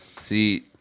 See